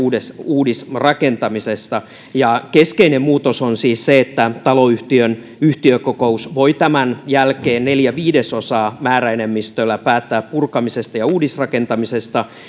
uudisrakentamisesta keskeinen muutos on siis se että taloyhtiön yhtiökokous voi tämän jälkeen neljän viidesosan määräenemmistöllä päättää purkamisesta ja uudisrakentamisesta